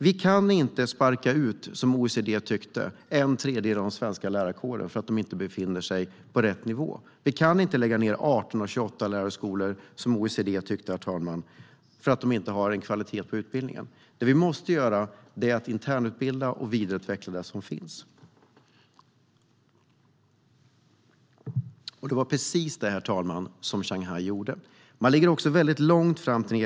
Vi kan inte, som OECD tyckte, sparka ut en tredjedel av den svenska lärarkåren för att de inte befinner sig på rätt nivå. Vi kan inte, som OECD tyckte, lägga ned 18 av 28 lärarhögskolor för att de inte har tillräckligt hög kvalitet på utbildningen. Det vi måste göra är att internutbilda och vidareutveckla det som finns. Det var precis det som Shanghai gjorde. Herr talman! Shanghai ligger också långt fram tekniskt.